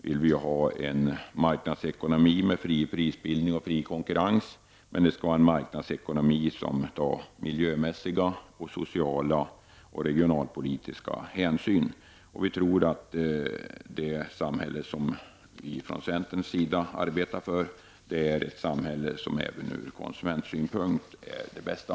Centern vill ha en marknadsekonomi med en fri prisbildning och fri konkurrens. Men det skall vara en marknadsekonomi som innebär att miljömässiga, sociala och regionalpolitiska hänsyn tas. Vi i centern tror att det samhälle som vi arbetar för är ett samhälle som även ur konsumentsynpunkt är det bästa.